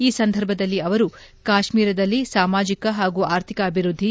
ಈ ಸಂದರ್ಭದಲ್ಲಿ ಅವರು ಕಾಶ್ನೀರದಲ್ಲಿ ಸಾಮಾಜಿಕ ಹಾಗೂ ಆರ್ಥಿಕ ಅಭಿವೃದ್ದಿ